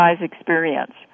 experience